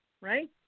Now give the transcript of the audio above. Right